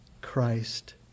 Christ